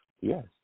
Yes